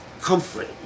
comfort